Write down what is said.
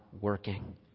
working